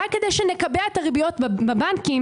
רק כדי שנקבע את הריביות בבנקים,